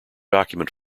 document